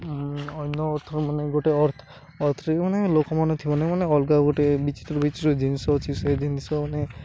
ଅନ୍ୟ ଅର୍ଥ ମାନେ ଗୋଟେ ଅର୍ଥ ଅର୍ଥରେ ମାନେ ଲୋକମାନେ ମାନେ ଅଲଗା ଗୋଟେ ବିଚିତ୍ର ବିଚିତ୍ର ଜିନିଷ ଅଛି ସେ ଜିନିଷ ମାନେ